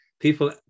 people